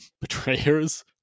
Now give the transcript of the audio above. betrayers